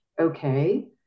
Okay